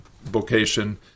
vocation